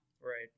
Right